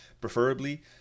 preferably